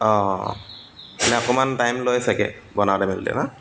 অঁ মানে অকণমান টাইম লয় ছাগৈ বনাওঁতে মেলোঁতে ন